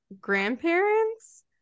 grandparents